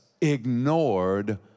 ignored